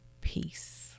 peace